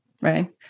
right